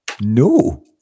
No